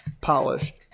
polished